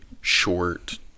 short